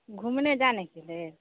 घूमने जाने के लिए